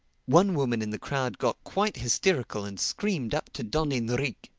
one woman in the crowd got quite hysterical and screamed up to don enrique,